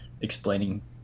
explaining